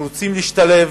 שרוצים להשתלב